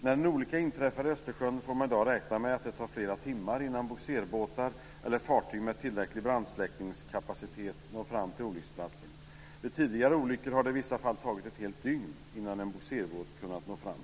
När en olycka inträffar i Östersjön får man i dag räkna med att det tar flera timmar innan bogserbåtar eller fartyg med tillräcklig brandsläckningskapacitet når fram till olycksplatsen. Vid tidigare olyckor har det i vissa fall tagit ett helt dygn innan en bogserbåt kunnat nå fram.